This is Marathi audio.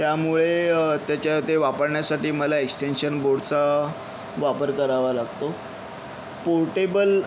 त्यामुळे त्याच्या ते वापरण्यासाठी मला एक्सटेन्शन बोर्डचा वापर करावा लागतो पोर्टेबल